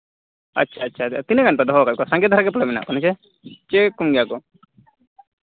ᱟᱪᱪᱷᱟ ᱟᱪᱪᱷᱟ ᱛᱤᱱᱟᱹᱜ ᱜᱟᱱ ᱯᱮ ᱫᱚᱦᱚ ᱟᱠᱟᱜ ᱠᱚᱣᱟ ᱥᱟᱸᱜᱮ ᱫᱷᱟᱨᱟ ᱜᱮ ᱯᱟᱞᱮᱱ ᱢᱮᱱᱟᱜ ᱠᱚᱣᱟ ᱥᱮ